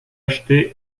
acheter